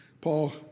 Paul